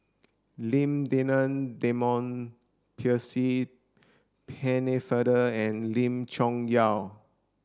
Lim Denan Denon Percy Pennefather and Lim Chong Yah